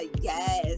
yes